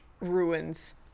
ruins